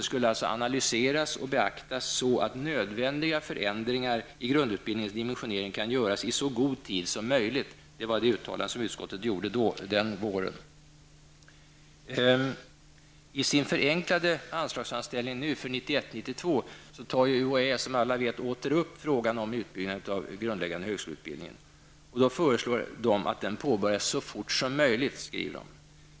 skulle analyseras och beaktas ''så att nödvändiga förändringar i grundutbildningens dimensionering kan göras i så god tid som möjligt''. Detta var det uttalande utskottet gjorde den våren. UHÄ som alla vet åter upp frågan om en utbyggnad av den grundläggande högskoleutbildningen. UHÄ föreslår då att denna utbyggnad skall påbörjas ''så fort som möjligt''.